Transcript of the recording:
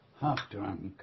half-drunk